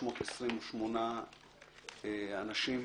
328 אנשים.